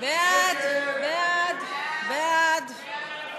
ההסתייגות